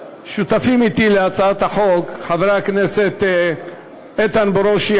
שותפים אתי להצעת החוק חברי הכנסת איתן ברושי,